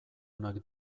onak